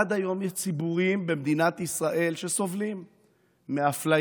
עד היום יש ציבורים במדינת ישראל שסובלים מאפליה,